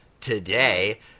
today